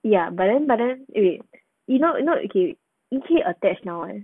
ya but then but then wait wait not not okay wait wait is he attached now [one]